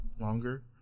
longer